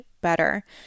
better